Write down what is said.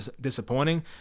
disappointing